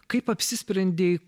kaip apsisprendei